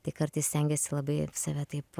tai kartais stengiesi labai save taip